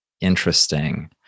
interesting